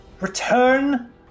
Return